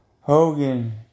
Hogan